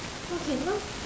okay now